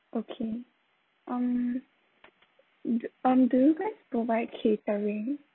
okay um d~ um do guys provide catering